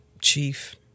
Chief